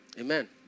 Amen